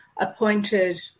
appointed